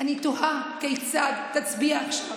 אני תוהה כיצד תצביע עכשיו.